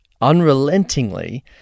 unrelentingly